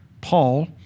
Paul